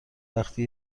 وقتی